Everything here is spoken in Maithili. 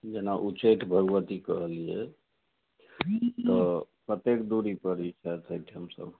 जेना उच्चैठ भगवती कहलियै तऽ कतेक दूरी पर ई छथि एहिठाम से